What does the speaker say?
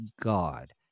God